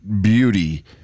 beauty